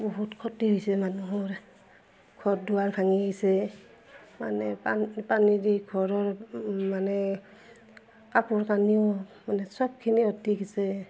বহুত ক্ষতি হৈছে মানুহৰ ঘৰ দুৱাৰ ভাঙি আহিছে মানে পান পানী দি ঘৰৰ মানে কাপোৰ কানিও মানে সবখিনি উটি গৈছে